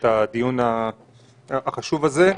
למה הכסף הזה הולך?